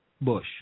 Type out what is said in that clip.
Bush